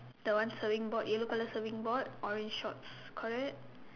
the one surfing board yellow colour surfing board orange shorts correct